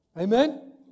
Amen